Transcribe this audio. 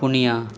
ᱯᱩᱱᱭᱟ